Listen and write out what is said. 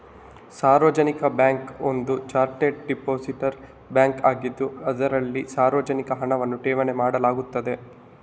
ಸಾರ್ವಜನಿಕ ಬ್ಯಾಂಕ್ ಒಂದು chartered depository bank ಆಗಿದ್ದು, ಇದರಲ್ಲಿ ಸಾರ್ವಜನಿಕ ಹಣವನ್ನು ಠೇವಣಿ ಮಾಡಲಾಗುತ್ತದೆ